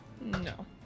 No